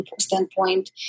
standpoint